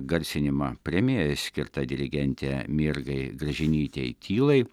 garsinimą premija skirta dirigentei mirgai gražinytei tylai